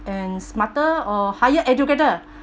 and smarter or higher educator